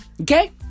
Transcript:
Okay